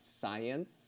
science